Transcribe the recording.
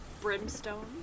brimstone